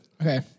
Okay